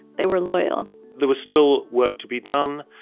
they were loyal there was still work to be done,